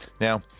Now